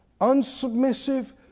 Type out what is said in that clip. unsubmissive